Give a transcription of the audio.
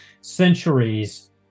centuries